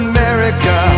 America